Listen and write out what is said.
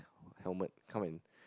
helmet come and